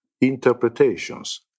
interpretations